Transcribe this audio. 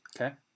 Okay